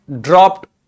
dropped